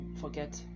forget